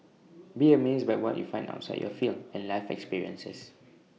be amazed by what you find outside your field and life experiences